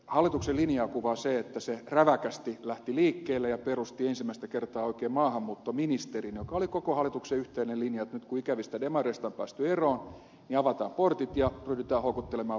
hallituksen linjaa kuvaa se että se räväkästi lähti liikkeelle ja perusti ensimmäistä kertaa oikein maahanmuuttoministerin toimen ja se oli koko hallituksen yhteinen linja että nyt kun ikävistä demareista on päästy eroon niin avataan portit ja ryhdytään houkuttelemaan väkeä tänne